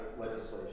legislation